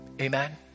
amen